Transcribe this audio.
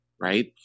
right